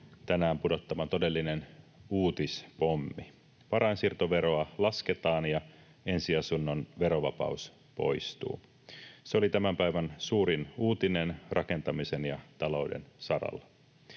tänään pudottama todellinen uutispommi: varainsiirtoveroa lasketaan ja ensiasunnon verovapaus poistuu. Se oli tämän päivän suurin uutinen rakentamisen ja talouden saralla.